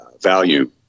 value